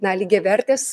na lygiavertės